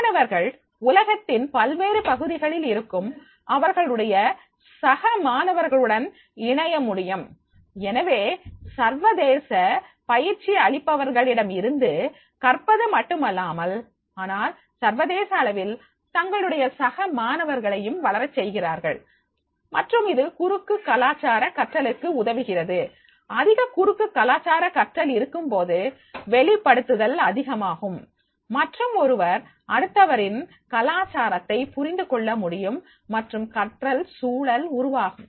மாணவர்கள் உலகத்தின் பல்வேறு பகுதிகளில் இருக்கும் அவர்களுடைய சக மாணவர்களுடன் இணைய முடியும் எனவே சர்வதேச பயிற்சி அளிப்பவர்களிடமிருந்து கற்பது மட்டுமல்லாமல் ஆனால் சர்வதேச அளவில் தங்களுடைய சக மாணவர்களையும் வளர செய்கிறார்கள் மற்றும் இது குறுக்கு கலாச்சார கற்றலுக்கு உதவுகிறது அதிக குறுக்கு கலாச்சார கற்றல் இருக்கும்போது வெளிப்படுத்துதல் அதிகமாகும் மற்றும் ஒருவர் அடுத்தவரின் கலாசாரத்தை புரிந்துகொள்ள முடியும் மற்றும் கற்றல் சூழல் உருவாகும்